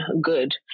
good